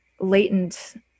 latent